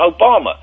Obama